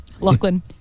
Lachlan